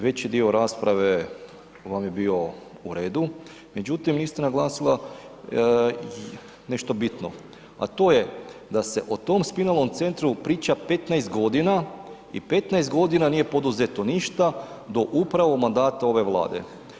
Veći dio rasprave vam je bio u redu, međutim, niste naglasila nešto bitno, a to je da se o tom spinalnom centru priča 15 godina i 15 godina nije poduzeto ništa do upravo mandata ove Vlade.